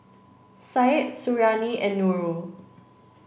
Syed Suriani and Nurul